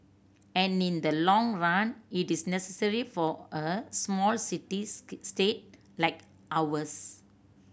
and in the long run it is necessary for a small city state like ours